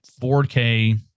4K